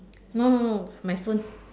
no no no my phone